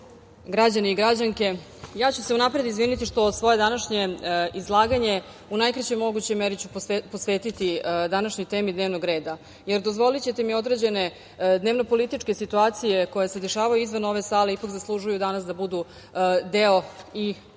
građani i građanke, ja ću se unapred izviniti što ću svoje današnje izlaganje u najkraćoj mogućoj meri posvetiti današnjoj temi dnevnog reda, jer, dozvolićete mi, određene dnevno- političke situacije koje se dešavaju izvan ove sale ipak zaslužuju da budu deo i